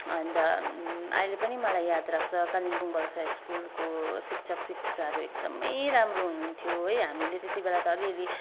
अन्त अहिले पनि मालाई याद राख्छ कालिम्पोङ गर्ल्स हाई स्कुलको शिक्षक शिक्षिकाहरू एकदमै राम्रो हुनुहुन्थ्यो है हामीले त्यतिबेला त अलिअलि